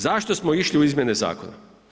Zašto smo išli u izmjene zakona?